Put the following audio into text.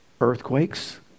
earthquakes